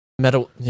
Metal